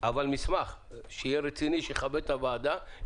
אבל מסמך רציני, שיכבד את הוועדה.